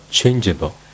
changeable